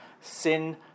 Sin